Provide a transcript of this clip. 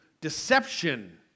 deception